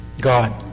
God